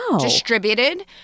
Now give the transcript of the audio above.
Distributed